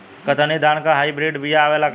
कतरनी धान क high breed बिया आवेला का?